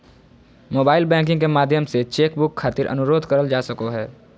mobile banking के माध्यम से चेक बुक खातिर अनुरोध करल जा सको हय